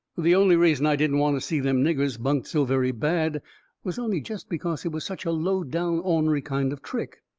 the only reason i didn't want to see them niggers bunked so very bad was only jest because it was such a low-down, ornery kind of trick.